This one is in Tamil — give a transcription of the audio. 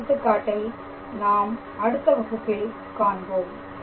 இந்த எடுத்துக்காட்டை நாம் அடுத்த வகுப்பில் காண்போம்